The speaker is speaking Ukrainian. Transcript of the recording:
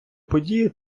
події